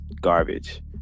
garbage